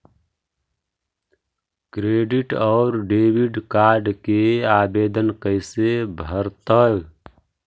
Credit और debit card के आवेदन कैसे भरैतैय?